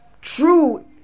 true